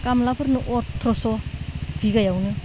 खामलाफोरनो अथ्र'स' बिगायावनो